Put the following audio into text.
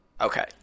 Okay